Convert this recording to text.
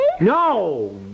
No